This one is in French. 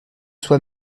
soi